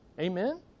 Amen